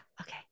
Okay